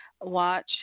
watch